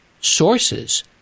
sources